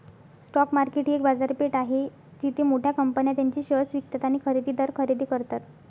stock market ही एक बाजारपेठ आहे जिथे मोठ्या कंपन्या त्यांचे शेअर्स विकतात आणि खरेदीदार खरेदी करतात